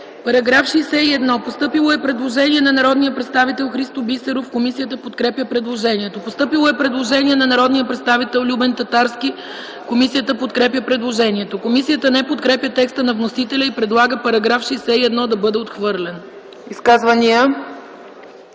По § 61 е постъпило предложение на народния представител Христо Бисеров. Комисията подкрепя предложението. Постъпило е предложение на народния представител Любен Татарски. Комисията подкрепя предложението. Комисията не подкрепя текста на вносителя и предлага § 61 да бъде отхвърлен. ПРЕДСЕДАТЕЛ